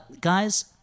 guys